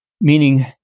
meaning